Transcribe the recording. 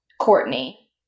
Courtney